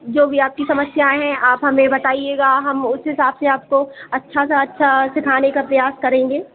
जो भी आपकी समस्याएँ हैं आप हमें बताइएगा हम उस हिसाब से आपको अच्छे से अच्छा सीखने का प्रयास करेंगे